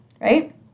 right